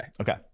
Okay